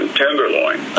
tenderloin